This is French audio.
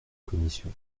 commission